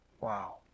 Wow